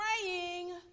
praying